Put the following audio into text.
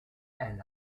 elle